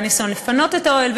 היה ניסיון לפנות את האוהל,